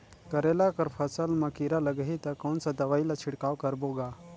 करेला कर फसल मा कीरा लगही ता कौन सा दवाई ला छिड़काव करबो गा?